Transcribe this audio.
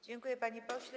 Dziękuję, panie pośle.